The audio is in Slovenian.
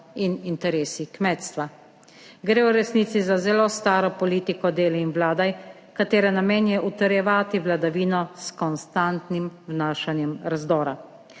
in interesi kmetstva. Gre v resnici za zelo staro politiko delaj in vladaj, katere namen je utrjevati vladavino s konstantnim vnašanjem razdora.